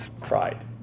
Pride